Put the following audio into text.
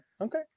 Okay